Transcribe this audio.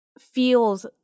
feels